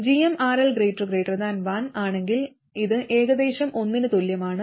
gmRL 1 ആണെങ്കിൽ ഇത് ഏകദേശം 1 ന് തുല്യമാണ്